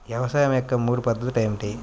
వ్యవసాయం యొక్క మూడు పద్ధతులు ఏమిటి?